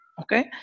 Okay